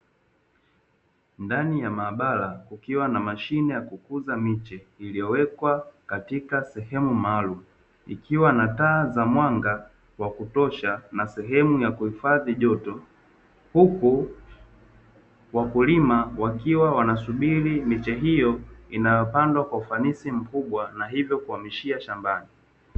Ndani ya maabara kukiwa na mashine ya kukuza miche iliyowekwa katika sehemu maalumu, ikiwa na taa za mwanga wa kutosha na sehemu ya kuhifadhi joto, huku wakulima wakiwa wanasubiri miche hiyo inayopandwa kwa ufanisi mkubwa na hivyo kuhamishia shambani.